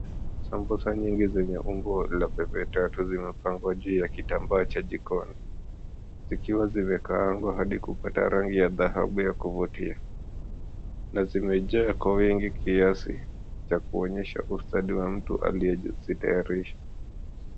Sambusa nyingi zenye umbo la pembetatu zimepangwa juu ya kitambaa cha jikoni. Zikiwa zimekaangwa hadi kupata rangi ya dhahabu ya kuvutia na zimejaa kwa wingi kiasi cha kuonyesha ustadi wa mtu aliyezitayarisha.